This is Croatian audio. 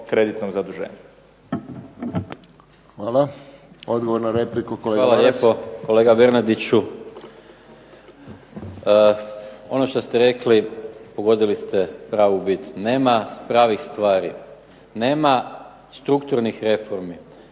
Hvala. Odgovor na repliku kolega Maras.